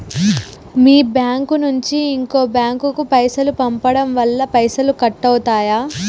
మీ bank నుంచి ఇంకో bank కు పైసలు పంపడం వల్ల పైసలు కట్ అవుతయా?